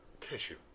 Tissue